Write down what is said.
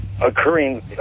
occurring